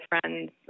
friends